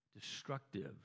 destructive